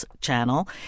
Channel